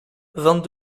vingt